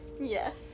Yes